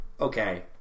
Okay